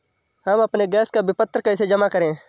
हम अपने गैस का विपत्र कैसे जमा करें?